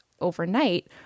overnight